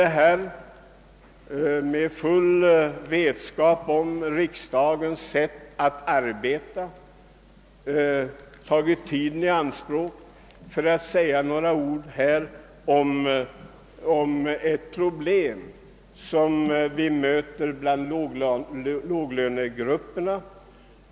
Jag har i fullt medvetande om de betingelser under vilka riksdagen arbetar tagit tiden i anspråk för att säga några ord om ett problem, som berör låglönegrupperna.